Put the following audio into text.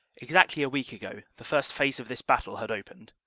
exactly a week ago the first phase of this battle had opened.